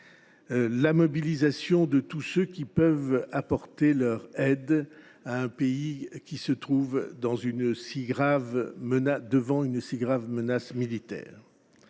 –, mais aussi tous ceux qui peuvent apporter leur aide à un pays qui se trouve devant une si grave menace militaire.